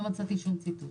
לא מצאתי שום ציטוט.